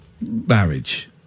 marriage